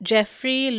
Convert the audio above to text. Jeffrey